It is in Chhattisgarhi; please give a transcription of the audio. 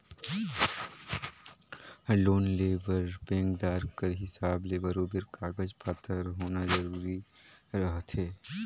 लोन लेय बर बेंकदार कर हिसाब ले बरोबेर कागज पाथर होना जरूरी रहथे